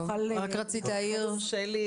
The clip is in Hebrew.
יש לי שאלה